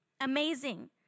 Amazing